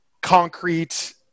concrete